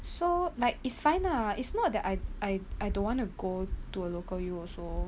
so like is fine lah it's not that I I I don't want to go to a local U also